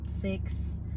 Six